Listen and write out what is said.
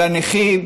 על הנכים.